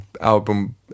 album